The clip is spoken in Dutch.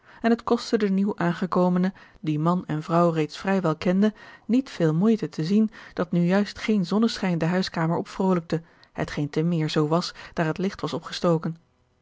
en het kostte den nieuw aangekomene die man en vrouw reeds vrij wel kende niet veel moeite te zien dat nu juist geen zonneschijn de huiskamer opvrolijkte hetgeen te meer zoo was daar het licht was opgestoken